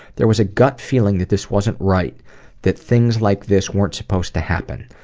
there was a gut feeling that this wasn't right that things like this weren't supposed to happen.